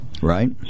Right